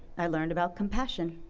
i learned about compassion,